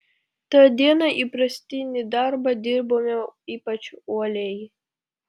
tą dieną įprastinį darbą dirbome ypač uoliai